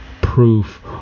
proof